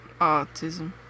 Autism